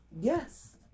Yes